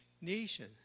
nation